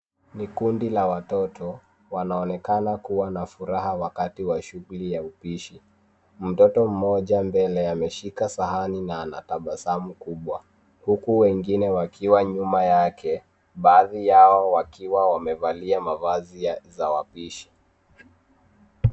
Ni kundi la watoto wanaonekana kuwa na furaha wakati wa shughuli ya upishi. Mtoto mmoja mbele ameshika sahani na ana tabasamu kubwa huku wengine wakiwa nyuma yake baadhi yao wakiwa wamevalia mavazi za wapishi.